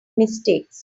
mistakes